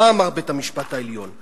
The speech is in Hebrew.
מה אמר בית-המשפט העליון?